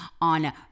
on